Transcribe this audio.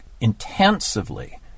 intensively